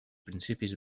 principis